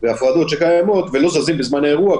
הפרדות שקיימות ולא זזים בזמן האירוע,